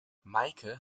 meike